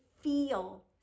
feel